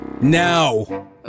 Now